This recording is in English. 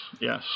yes